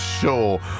sure